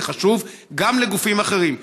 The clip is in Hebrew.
זה חשוב גם לגופים אחרים.